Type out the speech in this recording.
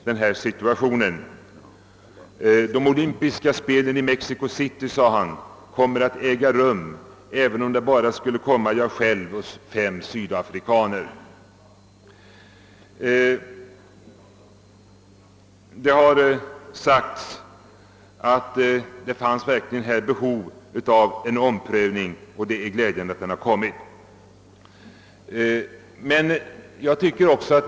De olympiska spelen i Mexico City, sade han, kommer att äga rum, även om bara jag själv och fem sydafrikaner skulle komma! Det har sagts att det fanns behov av en omprövning, och det är glädjande att den nu har kommit till stånd.